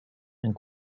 and